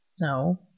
No